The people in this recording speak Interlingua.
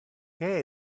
que